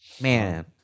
Man